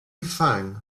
fang